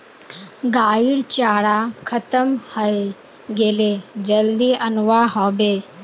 गाइर चारा खत्म हइ गेले जल्दी अनवा ह बे